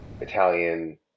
Italian